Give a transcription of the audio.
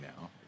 now